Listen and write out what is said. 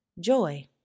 joy